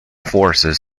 forces